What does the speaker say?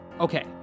Okay